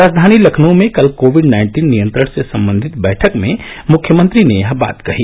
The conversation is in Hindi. राजधानी लखनऊ में कल कोविड नाइन्टीन नियंत्रण से संबंधित बैठक में मख्यमंत्री ने यह बात कही